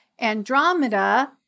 Andromeda